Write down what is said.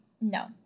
no